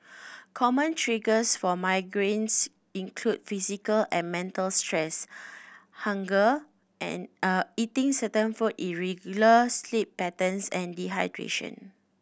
common triggers for migraines include physical and mental stress hunger and a eating certain foods irregular sleep patterns and dehydration